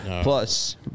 plus